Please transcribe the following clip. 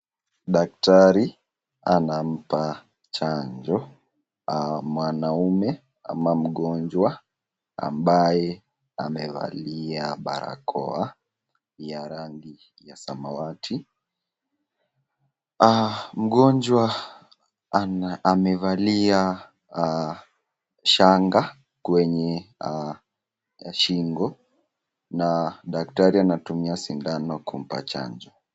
Daktari anampa chanjo mwanaume ama mgonjwa ambaye amevalia barakoa ya rangi ya samawati, mgonjwa amevalia shanga kwenye shingo, daktari anatumia sindano kumpa chanjo.